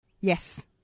Yes